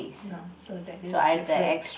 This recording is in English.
so that is different